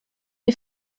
est